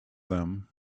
them